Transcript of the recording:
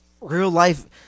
real-life